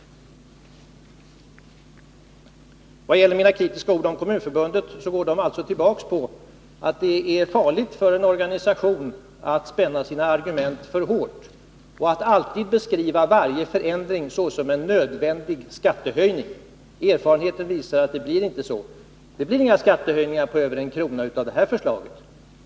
Mina kritiska ord om Kommunförbundet går tillbaka på uppfattningen att det är farligt för en organisation att spänna sina argument för hårt och att beskriva varje förändring såsom en orsak till en nödvändig skattehöjning. Erfarenheten visar att det inte blir så. Det blir inte nödvändigt med skattehöjningar på över 1 krona med anledning av det här förslaget.